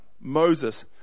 Moses